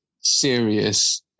serious